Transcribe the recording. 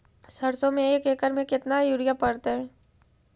सरसों में एक एकड़ मे केतना युरिया पड़तै?